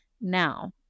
Now